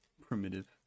Primitive